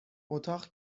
اتاق